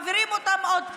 מעבירים אותם עוד פעם.